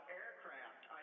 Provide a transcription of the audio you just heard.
aircraft